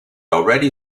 already